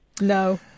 No